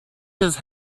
his